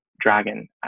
dragon